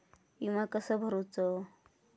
विमा कसो भरूचो?